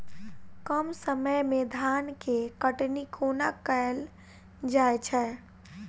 कम समय मे धान केँ कटनी कोना कैल जाय छै?